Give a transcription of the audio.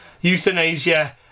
Euthanasia